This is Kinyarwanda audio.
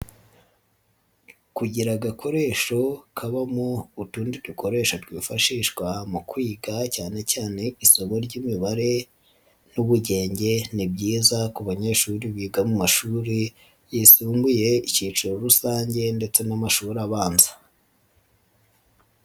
Kugira agakoresho kabamo utundi dukoreshasho twifashishwa mu kwiga cyane cyane isoko ry'imibare n'ubugenge, ni byiza ku banyeshuri biga mu mashuri yisumbuye, ikiciro rusange ndetse n'amashuri abanza.